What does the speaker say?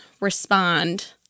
respond